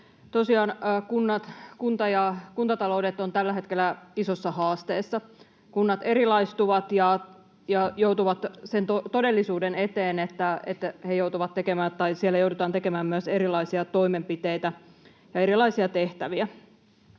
kunnat ja kuntataloudet ovat tällä hetkellä isoissa haasteissa. Kunnat erilaistuvat ja joutuvat sen todellisuuden eteen, että niissä joudutaan tekemään myös erilaisia toimenpiteitä ja erilaisia tehtäviä.